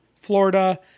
Florida